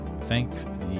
thank